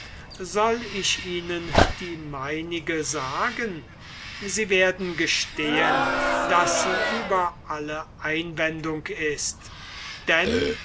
soll ich ihnen die meinige sagen sie werden gestehen daß sie über alle einwendung ist denn